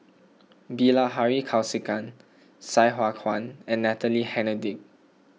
Bilahari Kausikan Sai Hua Kuan and Natalie Hennedige